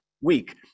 week